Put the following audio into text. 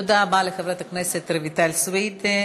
תודה רבה לחברת הכנסת רויטל סויד.